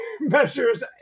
measures